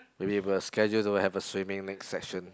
we will schedule to have a swimming next session